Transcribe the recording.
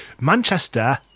Manchester